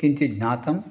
किञ्चिज्ञातम्